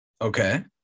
Okay